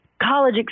college